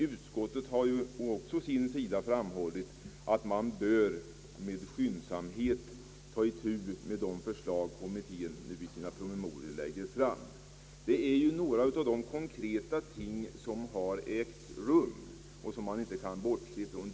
Utskottet har också å sin sida framhållit att man bör med skyndsamhet ta itu med de förslag som kommittén nu lägger fram i sina promemorior. Detta är några av de konkreta ting som man inte kan bortse från.